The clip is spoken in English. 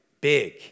big